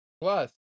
Plus